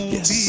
Yes